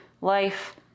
life